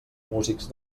músics